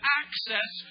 access